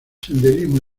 senderismo